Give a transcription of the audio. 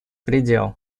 предел